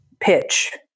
pitch